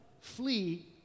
flee